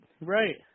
right